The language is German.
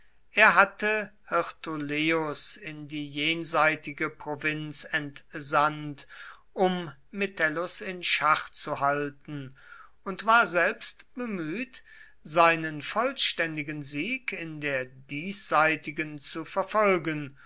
er hatte hirtuleius in die jenseitige provinz entsandt um metellus in schach zu halten und war selbst bemüht seinen vollständigen sieg in der diesseitigen zu verfolgen